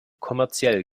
kommerziell